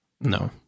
No